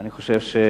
אני חושב שאנחנו,